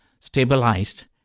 stabilized